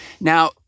Now